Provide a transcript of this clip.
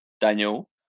Daniel